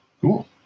Cool